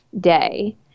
day